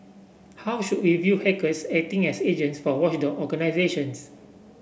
how should we view hackers acting as agents for watchdog organisations